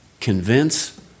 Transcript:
Convince